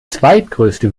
zweitgrößte